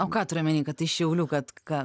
o ką turi omeny kad iš šiaulių kad ką